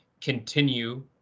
continue